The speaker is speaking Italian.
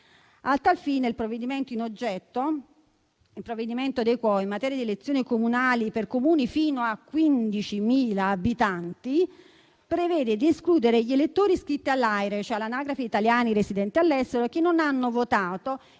A tal fine, il provvedimento in oggetto in materia di elezioni comunali per Comuni fino a 15.000 abitanti prevede di escludere gli elettori iscritti all'AIRE, cioè all'Anagrafe italiani residenti all'estero, che non hanno votato e